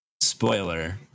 Spoiler